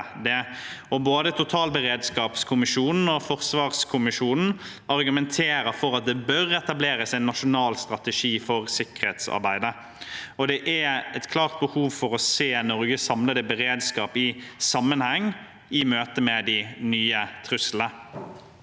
både totalberedskapskommisjonen og forsvarskommisjonen argumenterer for at det bør etableres en nasjonal strategi for sikkerhetsarbeidet. Det er et klart behov for å se Norges samlede beredskap i sammenheng i møte med de nye truslene.